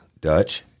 Dutch